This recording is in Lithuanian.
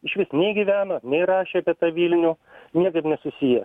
išvis nei gyveno nei rašė apie tą vilnių niekaip nesusiję